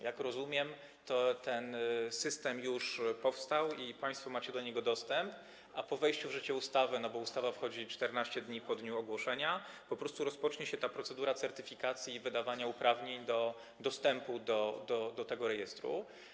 Jak rozumiem, ten system już powstał i państwo macie do niego dostęp, a po wejściu w życie ustawy, bo ustawa wchodzi 14 dni po dniu ogłoszenia, po prostu rozpocznie się ta procedura certyfikacji i wydawania uprawnień do dostępu do tego rejestru.